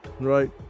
right